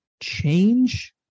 change